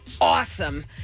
awesome